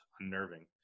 unnerving